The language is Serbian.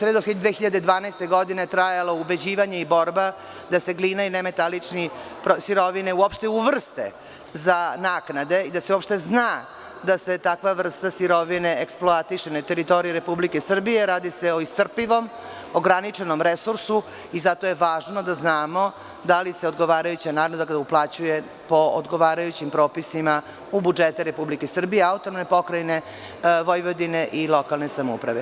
Pošto je sve do 2012. godine trajalo ubeđivanje i borba da se glina i nemetaličke sirovine uopšte uvrste za naknade i da se uopšte zna da se takva vrsta sirovine eksploatiše na teritoriji Republike Srbije, radi se o iscrpivom, ograničenom resursu i zato je važno da znamo da li se odgovarajuća nadoknada uplaćuje po odgovarajućim propisima u budžete Republike Srbije, AP Vojvodine i lokalne samouprave.